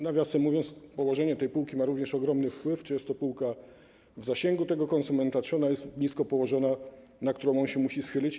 Nawiasem mówiąc, położenie półki ma również ogromny wpływ, a więc to, czy jest to półka w zasięgu tego konsumenta, czy jest nisko położona, do której on się musi schylić.